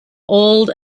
old